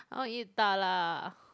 I want to eat 大辣